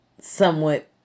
somewhat